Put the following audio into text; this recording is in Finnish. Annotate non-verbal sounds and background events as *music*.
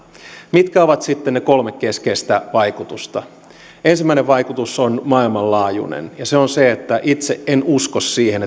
mitkä ovat sitten ne kolme keskeistä vaikutusta ensimmäinen vaikutus on maailmanlaajuinen ja se on se yhdysvallat tuskin itse en usko siihen *unintelligible*